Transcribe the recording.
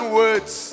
words